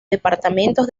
departamentos